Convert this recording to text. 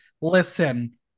listen